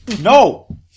No